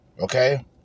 Okay